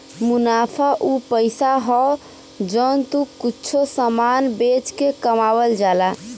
मुनाफा उ पइसा हौ जौन तू कुच्छों समान बेच के कमावल जाला